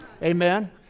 Amen